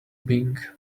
being